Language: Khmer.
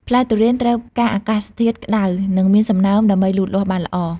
ផ្លែទុរេនត្រូវការអាកាសធាតុក្តៅនិងមានសំណើមដើម្បីលូតលាស់បានល្អ។